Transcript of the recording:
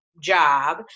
job